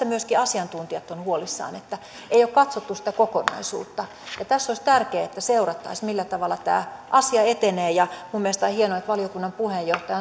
myöskin asiantuntijat ovat huolissaan että ei ole katsottu sitä kokonaisuutta tässä olisi tärkeää että seurattaisiin millä tavalla tämä asia etenee minun mielestäni on hienoa että valiokunnan puheenjohtaja